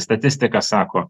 statistika sako